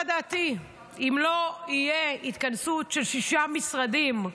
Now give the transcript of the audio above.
מה דעתי: אם לא תהיה התגייסות של שישה משרדים,